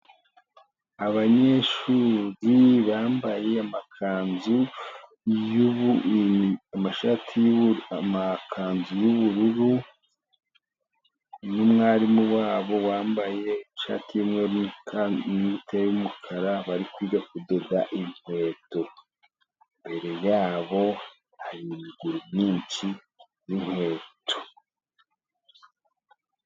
Abanyeshuri bambaye amakanzu y'uburu, amashati amakanzu y'ubururu, n'umwarimu wabo wambaye ishati y'umweru, n'ingutiya y'umukara, bari kudoda inkweto, imbere yabo hari imiguru myinshi y'inkweto.